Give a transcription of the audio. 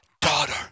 daughter